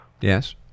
Yes